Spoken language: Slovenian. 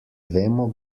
vemo